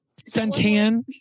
suntan